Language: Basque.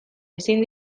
ezin